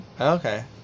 okay